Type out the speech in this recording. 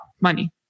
money